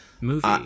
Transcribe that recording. movie